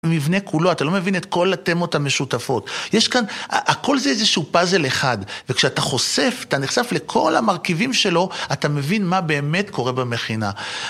המבנה כולו, אתה לא מבין את כל התמות המשותפות. יש כאן... הכל זה איזה שהוא פאזל אחד, וכשאתה חושף, אתה נחשף לכל המרכיבים שלו, אתה מבין מה באמת קורה במכינה.